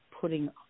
putting